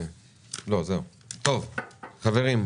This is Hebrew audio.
חברים,